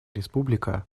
республика